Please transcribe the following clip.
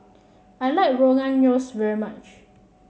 I like Rogan Josh very much